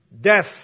death